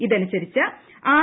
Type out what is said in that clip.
ഇതനുസരിച്ച് ആർ